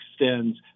extends